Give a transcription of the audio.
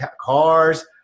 cars